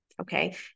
Okay